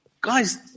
Guys